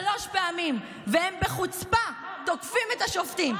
שלוש פעמים, והם בחוצפה תוקפים את השופטים.